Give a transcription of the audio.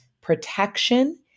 protection